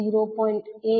4V22I20